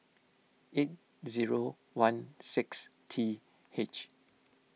eight zero one six T H